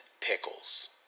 pickles